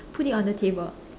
put it on the table